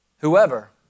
Whoever